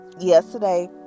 yesterday